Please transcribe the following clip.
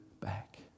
back